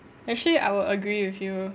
actually I would agree with you